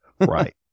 right